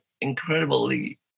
incredibly